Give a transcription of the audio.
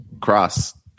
cross